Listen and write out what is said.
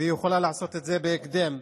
והיא יכולה לעשות את זה בהקדם.